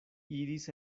iris